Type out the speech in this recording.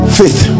faith